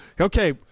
Okay